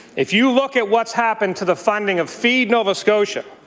if you look at what's happened to the funding of feed nova scotia,